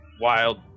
Wild